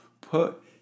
Put